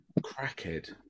crackhead